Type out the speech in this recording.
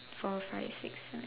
four five six seven